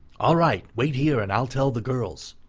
all right. wait here, and i'll tell the girls.